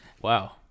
Wow